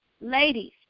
ladies